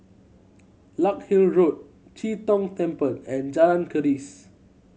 Larkhill Road Chee Tong Temple and Jalan Keris